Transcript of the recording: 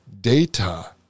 data